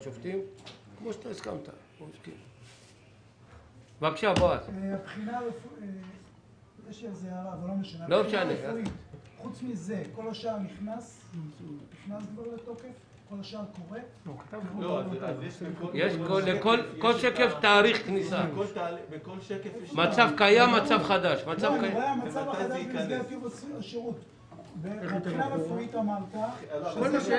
העברת בעלות ממרץ 20/21. בבקשה, חברת הכנסת